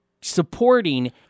supporting